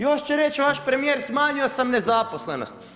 Još će reći vaš premjer, smanjio sam nezaposlenost.